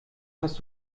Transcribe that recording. hast